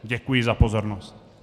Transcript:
Děkuji za pozornost.